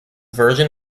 version